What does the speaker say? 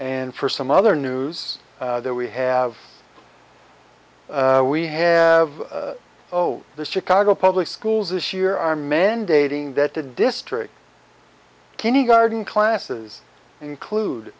and for some other news that we have we have zero the chicago public schools this year are mandating that the district kindergarten classes include